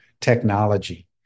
technology